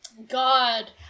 God